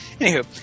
Anywho